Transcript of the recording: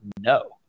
no